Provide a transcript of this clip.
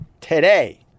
today